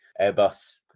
Airbus